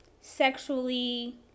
sexually